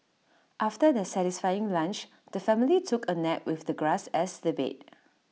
after their satisfying lunch the family took A nap with the grass as their bed